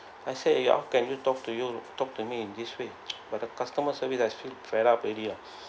I said you're can you talk to you talk to me in this way but the customer service I feel fed up already ah